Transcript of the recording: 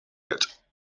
yet